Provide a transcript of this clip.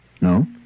No